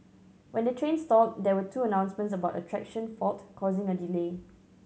when the train stalled there were two announcements about a traction fault causing a delay